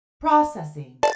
Processing